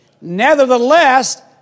Nevertheless